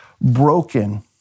broken